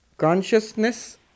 Consciousness